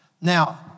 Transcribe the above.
Now